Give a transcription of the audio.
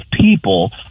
people